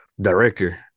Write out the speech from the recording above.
director